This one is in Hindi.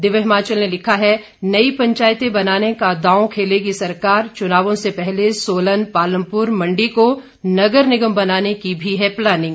दिव्य हिमाचल ने लिखा है नई पंचायतें बनाने का दांव खेलेगी सरकार चुनावों से पहले सोलन पालमपुर मंडी को नगर निगम बनाने की भी है प्लानिंग